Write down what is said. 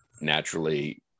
naturally